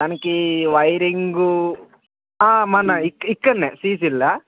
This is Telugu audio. దానికి వైరింగు మన ఇక్క ఇక్కడనే సీసీలో